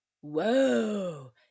whoa